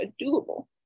doable